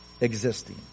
existing